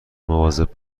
مواظب